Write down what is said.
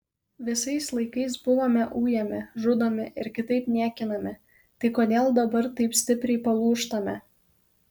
visais laikais buvome ujami žudomi ir kitaip niekinami tai kodėl dabar taip stipriai palūžtame